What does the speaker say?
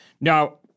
Now